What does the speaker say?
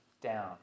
down